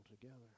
together